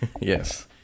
yes